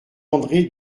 andré